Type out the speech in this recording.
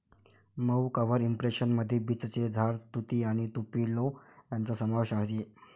मऊ cover impression मध्ये बीचचे झाड, तुती आणि तुपेलो यांचा समावेश आहे